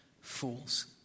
fools